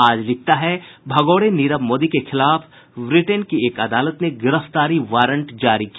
आज लिखता है भगोड़े नीरव मोदी के खिलाफ ब्रिटेन की एक अदालत ने गिरफ्तारी वारंट जारी किया